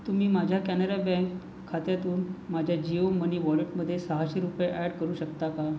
तुम्ही माझ्या कॅनरा बँक खात्यातून माझ्या जिओ मनी वॉलेटमध्ये सहाशे रुपये ॲड करू शकता का